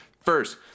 First